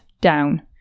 down